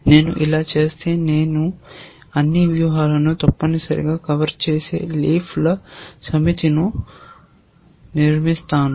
నేను ఇలా చేస్తే నేను అన్ని వ్యూహాలను తప్పనిసరిగా కవర్ చేసే లీఫ్ ల సమితిని లీవ్స్ సెట్ నిర్మిస్తాను